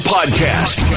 Podcast